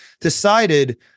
decided